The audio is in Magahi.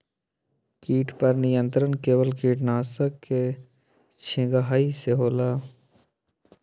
किट पर नियंत्रण केवल किटनाशक के छिंगहाई से होल?